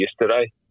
yesterday